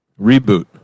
Reboot